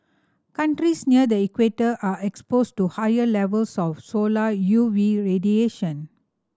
countries near the equator are exposed to higher levels of solar U V radiation